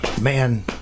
man